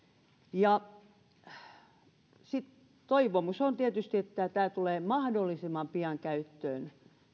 toivomus on tietysti että tämä tulee mahdollisimman pian käyttöön